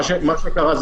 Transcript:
מה שקרה,